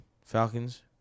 Falcons